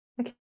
Okay